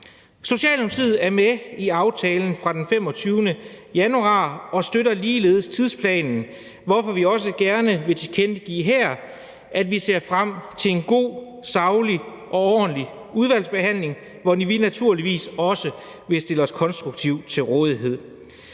Socialdemokratiet er med i aftalen af 25. januar og støtter ligeledes tidsplanen, hvorfor vi også gerne her vil tilkendegive, at vi ser frem til en god, saglig og ordentlig udvalgsbehandling, hvor vi naturligvis også vil stille os konstruktivt til rådighed.